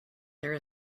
there